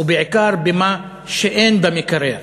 ובעיקר במה שאין במקרר.